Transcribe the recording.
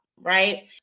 right